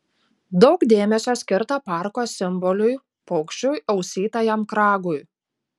daug dėmesio skirta parko simboliui paukščiui ausytajam kragui